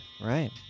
Right